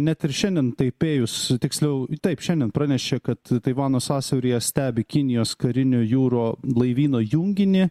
net ir šiandien taipėjus tiksliau taip šiandien pranešė kad taivano sąsiauryje stebi kinijos karinių jūro laivyno junginį